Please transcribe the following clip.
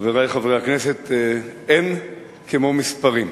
תודה, חברי חברי הכנסת, אין כמו מספרים,